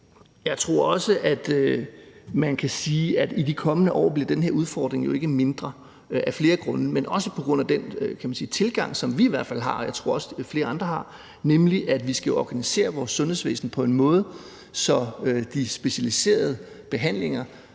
Jeg tror også, at man kan sige, at den her udfordring i de kommende år jo ikke bliver mindre – af flere grunde – men også på grund af den tilgang, som vi i hvert fald har, og som jeg også tror flere andre har, nemlig at vi skal organisere vores sundhedsvæsen på en måde, så de specialiserede behandlinger,